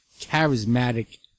charismatic